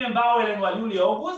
אם הם באו אלינו על יולי-אוגוסט,